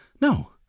No